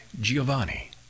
Giovanni